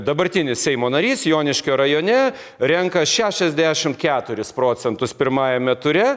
dabartinis seimo narys joniškio rajone renka šešiasdešimt keturis procentus pirmajame ture